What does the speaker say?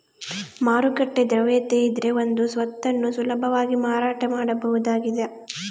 ಮಾರುಕಟ್ಟೆ ದ್ರವ್ಯತೆಯಿದ್ರೆ ಒಂದು ಸ್ವತ್ತನ್ನು ಸುಲಭವಾಗಿ ಮಾರಾಟ ಮಾಡಬಹುದಾಗಿದ